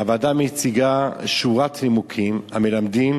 הוועדה מציגה שורת נימוקים המלמדים